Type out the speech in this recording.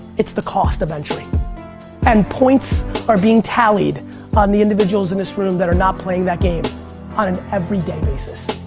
it's the cost of entry and points are being tallied on the individuals in this room that are not playing that game on an everyday basis.